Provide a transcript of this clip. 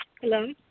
Hello